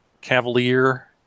Cavalier